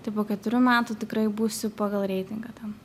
tai po keturių metų tikrai būsiu pagal reitingą ten